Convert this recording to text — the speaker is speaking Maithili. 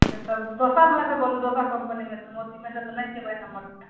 तऽ तब दोसरमेसे बोलू दोसर कम्पनीमे मोतीमे तऽ नहि छै ओहि नम्बरके